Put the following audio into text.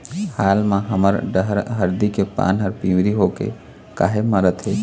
हाल मा हमर डहर हरदी के पान हर पिवरी होके काहे मरथे?